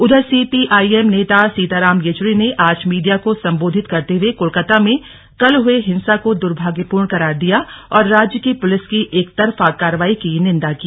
उधर CPI M नेता सीताराम येचुरी ने आज मीडिया को संबोधित करते हुए कोलकाता में कल हुए हिंसा को द्भाग्यपूर्ण करार दिया और राज्य की पुलिस की एकतरफा कार्रवाई की निंदा की